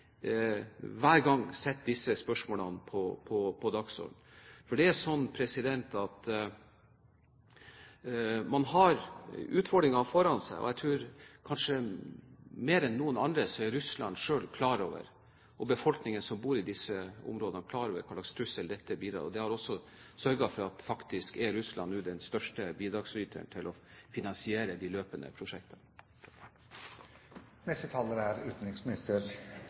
hver gang i den dialog man har med folk i nord, også med tanke på den myndighetskontakt som regjeringen utøver daglig – og det tviler jeg ikke på at man gjør – setter disse spørsmålene på dagsordenen. For det er slik at man har utfordringer fremover, og jeg tror kanskje Russland, mer enn noen andre, og befolkningen som bor i disse områdene, er klar over hvilken trussel dette er. Det har også sørget for at Russland nå faktisk er den største bidragsyteren